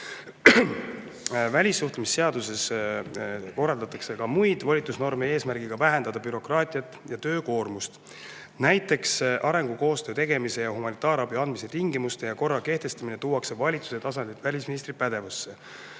ära. Välissuhtlemisseaduses korrastatakse ka muid volitusnorme, eesmärgiga vähendada bürokraatiat ja töökoormust. Näiteks arengukoostöö tegemise ja humanitaarabi andmise tingimuste ja korra kehtestamine tuuakse valitsuse tasandilt välisministri pädevusse,